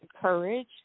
courage